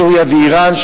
סוריה ואירן,